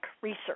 research